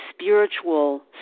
spiritual